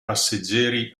passeggeri